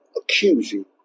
accusing